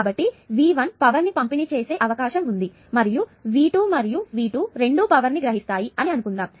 కాబట్టి V1 power ని పంపిణీ చేసే అవకాశం ఉంది మరియు V2 మరియు V2 రెండూ పవర్ ని గ్రహిస్తాయి అని అనుకుందాము